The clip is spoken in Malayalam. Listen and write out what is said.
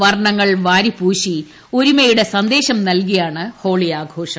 വർണങ്ങൾ വാരിപ്പൂശി ഒരുമയുടെ സന്ദേശം നൽകീയാൻണ് ഹോളി ആഘോഷം